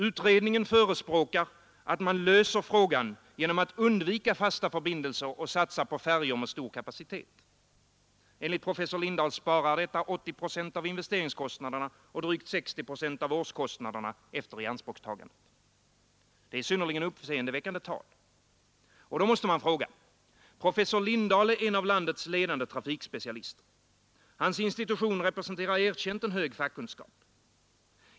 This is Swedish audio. Utredningen förespråkar, att man löser frågan genom att undvika fasta förbindelser och satsa på färjor med stor kapacitet. Enligt professor Lindahl sparar detta 80 procent av investeringskostnaderna och drygt 60 procent av årskostnaderna efter ianspråktagandet. Det är synnerligen uppseendeväckande tal. Då måste man fråga: Professor Lindahl är en av landets ledande trafikspecialister. Hans institution representerar erkänt en hög fackkunskap.